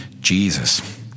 Jesus